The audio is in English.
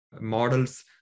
models